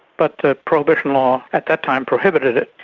but the prohibition law at that time prohibited it,